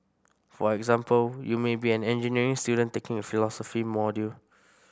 for example you may be an engineering student taking a philosophy module